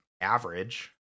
average